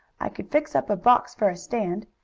i could fix up a box for a stand,